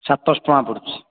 ସାତ ଶହ ଟଙ୍କା ପଡ଼ୁଛି